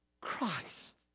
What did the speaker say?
Christ